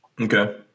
Okay